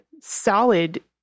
solid